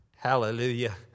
Hallelujah